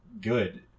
good